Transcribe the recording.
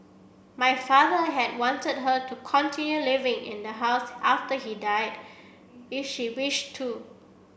my father had wanted her to continue living in the house after he died if she wished to